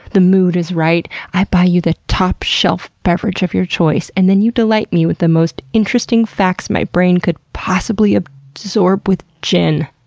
the mood is right, i buy you the top-shelf beverage of your choice, and then you delight me with the most interesting facts my brain could possibly ah absorb with gin.